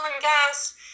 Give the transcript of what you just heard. gas